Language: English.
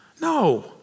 No